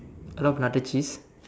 a lot of natachis